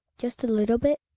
just a little bit?